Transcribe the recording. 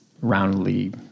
roundly